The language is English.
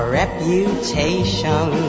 reputation